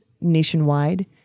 nationwide